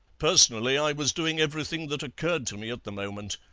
personally i was doing everything that occurred to me at the moment.